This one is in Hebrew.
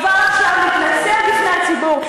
כבר עכשיו להתנצל בפני הציבור,